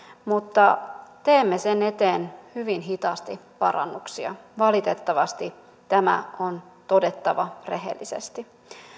mutta teemme sen eteen hyvin hitaasti parannuksia valitettavasti tämä on todettava rehellisesti